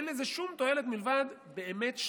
אין בזה שום תועלת, מלבד שלומיאליות.